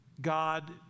God